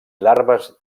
larves